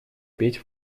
петь